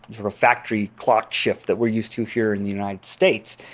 sort of factory clock shift, that we're used to here in the united states,